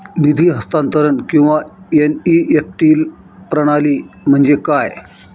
निधी हस्तांतरण किंवा एन.ई.एफ.टी प्रणाली म्हणजे काय?